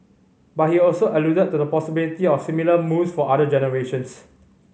but he also alluded to the possibility of similar moves for other generations